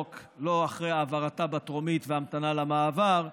לא אחרי העברתה בטרומית והמתנה למעבר,